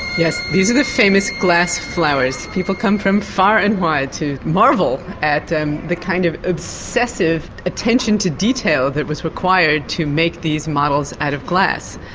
yes. these are the famous glass flowers. people come from far and wide to marvel at the kind of obsessive attention to detail that was required to make these models out of glass.